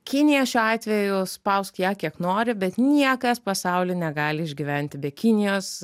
kinija šiuo atveju spausk ją kiek nori bet niekas pasauly negali išgyventi be kinijos